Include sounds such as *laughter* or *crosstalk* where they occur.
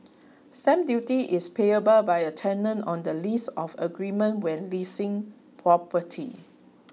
*noise* stamp duty is payable by a tenant on the lease or agreement when leasing property